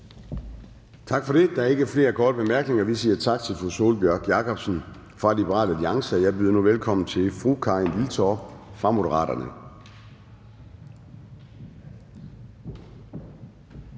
Tak for det. Der er ikke flere korte bemærkninger, så vi siger tak til fru Sólbjørg Jakobsen fra Liberal Alliance. Jeg byder nu velkommen til fru Karin Liltorp fra Moderaterne.